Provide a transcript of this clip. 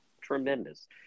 tremendous